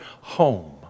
home